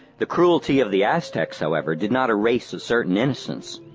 the cruelty of the aztecs, however, did not erase a certain innocence,